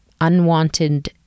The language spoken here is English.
unwanted